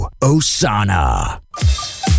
Osana